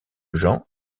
gens